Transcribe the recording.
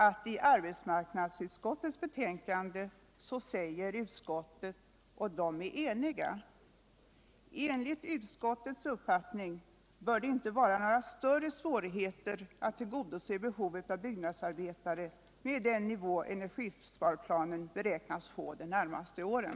att arbetsmarknadsutskottet i eu enhälligt yttrande säger: ”Enligt utskottets uppfattning bör det inte vara några större svårigheter att tillgodose behovet av byggnadsarbetare med den nivå energisparplanen beräknas få de närmaste åren.”